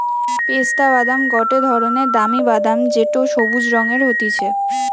পেস্তা বাদাম গটে ধরণের দামি বাদাম যেটো সবুজ রঙের হতিছে